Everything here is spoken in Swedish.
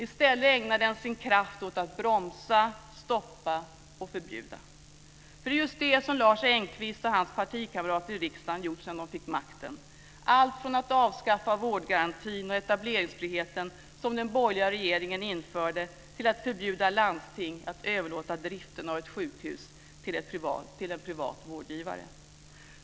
I stället ägnar den sin kraft åt att bromsa, stoppa och förbjuda. För det är just det som Lars Engqvist och hans partikamrater i riksdagen har gjort sedan de fick makten. Det gäller allt från att avskaffa vårdgarantin och etableringsfriheten som den borgerliga regeringen införde till att förbjuda landsting att överlåta driften av ett sjukhus till en privat vårdgivare.